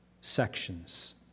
sections